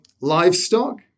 livestock